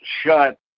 shut